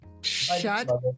shut